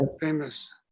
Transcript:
famous